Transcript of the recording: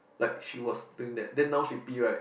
like she was doing that then now she P right